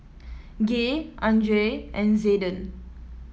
Gay Andrae and Zayden